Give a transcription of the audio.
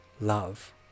Love